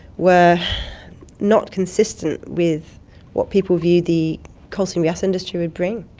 were not consistent with what people view the coal seam gas industry would bring.